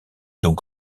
donc